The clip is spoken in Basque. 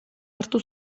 hartu